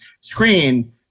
screen